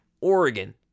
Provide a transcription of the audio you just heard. Oregon